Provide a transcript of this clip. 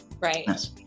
Right